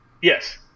yes